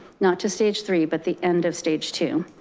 not to stage three, but the end of stage two.